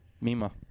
Mima